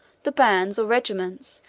the bands, or regiments,